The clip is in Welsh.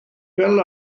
fel